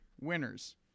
winners